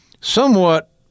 somewhat